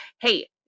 Hey